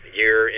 year